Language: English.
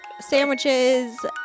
sandwiches